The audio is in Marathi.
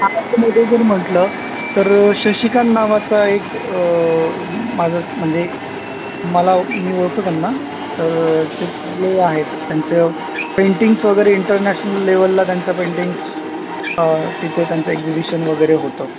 आर्टमध्ये जर म्हटलं तर शशिकांत नावाचा एक माझा म्हणजे मला मी ओळखतो त्यांना तर ते चांगले आहेत त्यांचं पेंटिंग्स वगैरे इंटरनॅशल लेवलला त्यांच्या पेंटिंग्स तिथे त्यांचं एक्झिबिशन वगैरे होतं